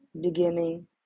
beginning